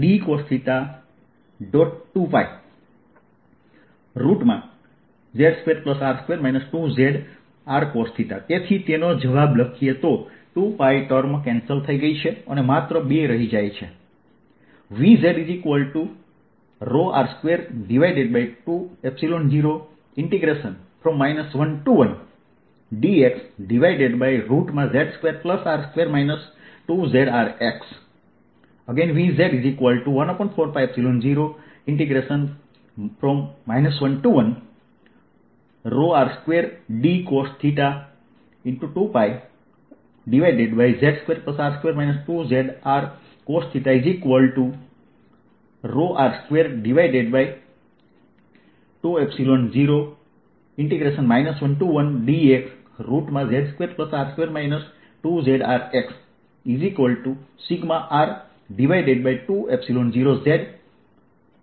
2πz2R2 2zRcosθ તેથી તેનો જવાબ લખીએ તો 2π ટર્મ કેન્સલ થઈ ગઈ છે અને માત્ર 2 રહી જાય છે VzR220 11dXz2R2 2zRX